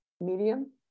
Medium